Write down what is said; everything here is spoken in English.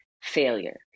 failure